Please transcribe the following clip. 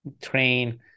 train